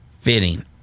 fitting